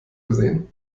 gesehen